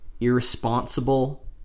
irresponsible